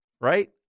right